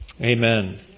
Amen